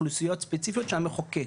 אוכלוסיות ספציפיות שהמחוקק,